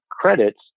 credits